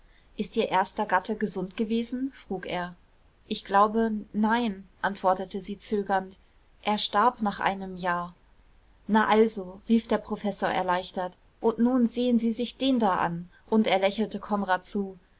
ist ihr erster gatte gesund gewesen frug er ich glaube nein antwortete sie zögernd er starb nach einem jahr na also rief der professor erleichtert und nun sehen sie sich den da an und er lächelte konrad zu